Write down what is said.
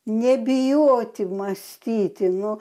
nebijoti mąstyti nu